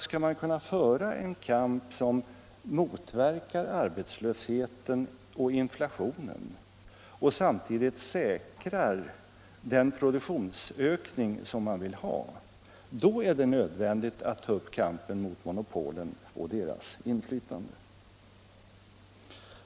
Skall man kunna föra en kamp som motverkar arbetslösheten och inflationen och samtidigt säkrar den produktionsökning man vill ha, då är det nödvändigt att ta upp kampen mot monopolen och deras inflytande.